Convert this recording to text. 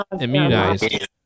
immunized